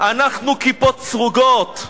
אנחנו כיפות סרוגות,